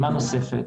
פעימה נוספת.